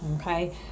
okay